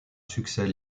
succès